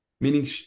Meaning